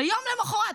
ויום למוחרת,